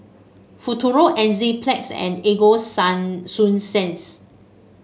Futuro Enzyplex and Ego Sign Sunsense